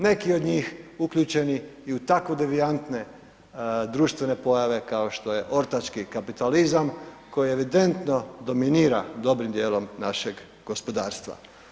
Neki od njih uključeni u tako devijantne društvene pojave kao što je ortački kapitalizam, koji je evidentno dominira dobrim dijelom našeg gospodarstva.